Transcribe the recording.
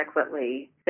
adequately